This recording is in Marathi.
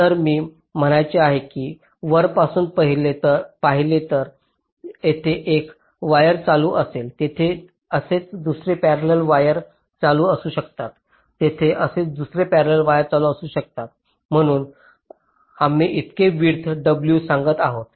तर मी म्हणायचे आहे की वरपासून पाहिले तर येथे एक वायर चालू असेल तिथे असेच दुसरे पॅरेलाल वायर चालू असू शकतात तिथे असेच दुसरे पॅरेलाल वायर चालू असू शकतात म्हणून आम्ही इतके विड्थ w सांगत आहोत